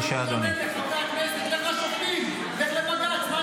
לך לשופטים, לך לבג"ץ.